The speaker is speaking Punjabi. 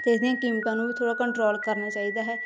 ਅਤੇ ਇਸ ਦੀਆਂ ਕੀਮਤਾਂ ਨੂੰ ਵੀ ਥੋੜ੍ਹਾ ਕੰਟਰੋਲ ਕਰਨਾ ਚਾਹੀਦਾ ਹੈ